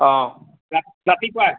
অঁ ৰাতিপুৱাই